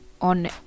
on